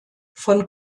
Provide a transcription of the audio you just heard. von